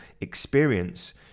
experience